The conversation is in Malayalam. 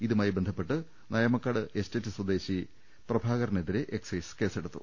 ഇതുമായി ബന്ധപ്പെട്ട് നയമക്കാട് എസ്റ്റേറ്റ് സ്വദേശി പ്രഭാകരനെതിരെ എക്സൈസ് കേസെടുത്തു